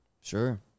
Sure